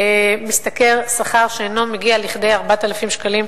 משתכר שכר שאינו מגיע לכדי 4,000 שקלים.